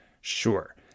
Sure